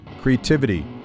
creativity